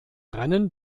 rennen